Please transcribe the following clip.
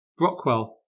Brockwell